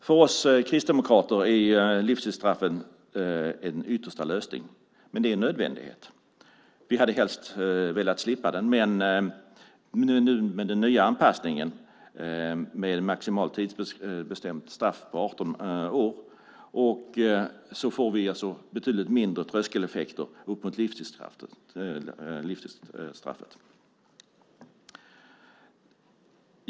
För oss kristdemokrater är livstidsstraffet en yttersta lösning, men det är en nödvändighet. Vi hade helst velat slippa det, men med den nya anpassningen med maximalt tidsbestämt straff på 18 år får vi betydligt mindre tröskeleffekter upp mot livstidsstraffet.